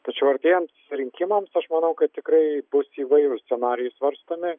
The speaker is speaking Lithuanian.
tačiau artėjant rinkimams aš manau kad tikrai bus įvairūs scenarijai svarstomi